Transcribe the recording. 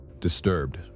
Disturbed